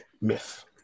myth